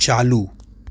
ચાલુ